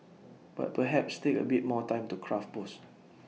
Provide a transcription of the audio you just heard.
but perhaps take A bit more time to craft posts